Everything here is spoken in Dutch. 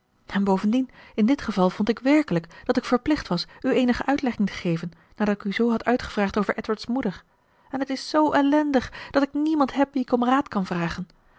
en bovendien in dit geval vond ik werkelijk dat ik verplicht was u eenige uitlegging te geven nadat ik u zoo had uitgevraagd over edward's moeder en het is zoo ellendig dat ik niemand heb wie ik om raad kan vragen